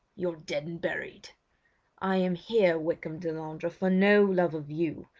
you're dead and buried i am here, wykham delandre, for no love of you,